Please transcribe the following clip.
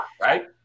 right